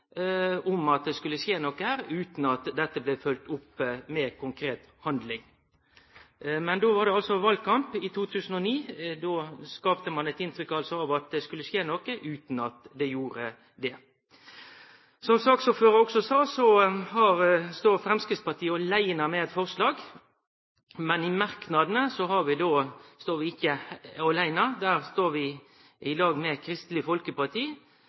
om at det skulle skje noko – utan at det blei følgt opp av konkret handling. Men i 2009 var det altså valkamp, og då skapte ein eit inntrykk av at det skulle skje noko, utan at det gjorde det. Som saksordføraren også sa, så står Framstegspartiet aleine med eit forslag, men i merknadane står vi ikkje aleine. Der står vi i lag med Kristeleg Folkeparti.